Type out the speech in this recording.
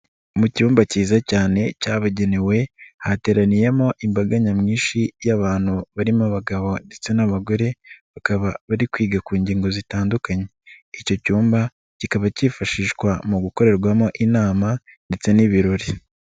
Mu cyumba cyiza cyane cyabagenewe, hateraniyemo imbaga nyamwinshi y'abantu barimo abagabo ndetse n'abagore, bakaba bari kwiga ku ngingo zitandukanye, icyo cyumba kikaba cyifashishwa mu gukorerwamo inama ndetse n'ibirori.